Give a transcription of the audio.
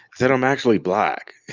said, i'm actually black.